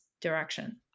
direction